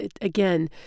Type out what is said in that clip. again